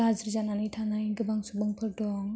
गाज्रि जानानै थानाय गोबां सुबुंफोर दङ